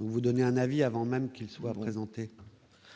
donc vous donner un avis avant même qu'il soit présenté.